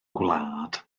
gwlad